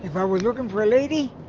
if i was looking for a lady,